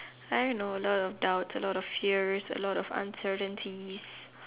I don't know a lot of doubts a lot of fear a lot of uncertainty